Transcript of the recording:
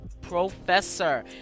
professor